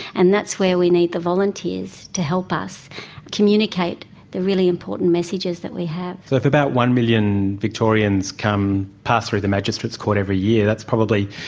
and that's where we need the volunteers to help us communicate the really important messages that we have. so if about one million victorians pass through the magistrates' court every year, that's probably,